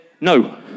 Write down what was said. no